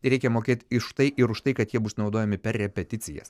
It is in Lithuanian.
reikia mokėt iš tai ir už tai kad jie bus naudojami per repeticijas